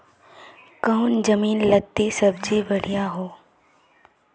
कौन जमीन लत्ती सब्जी बढ़िया हों?